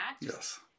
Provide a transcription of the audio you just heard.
Yes